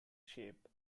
shape